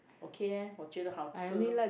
okay leh 我觉得好吃